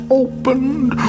opened